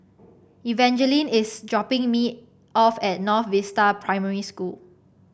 Evangeline is dropping me off at North Vista Primary School